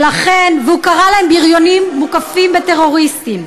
והוא קרא להם: בריונים מוקפים בטרוריסטים.